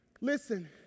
listen